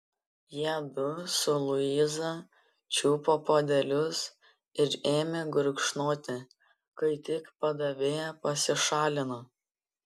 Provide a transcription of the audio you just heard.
jiedu su luiza čiupo puodelius ir ėmė gurkšnoti kai tik padavėja pasišalino